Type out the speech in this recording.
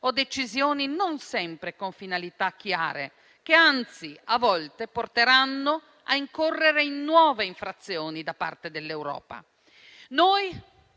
decisioni non sempre con finalità chiare, che anzi a volte porteranno a incorrere in nuove infrazioni da parte dell'Europa. Noi